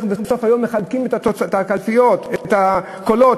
אנחנו בסוף היום מחלקים את הקלפיות, את הקולות.